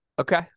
Okay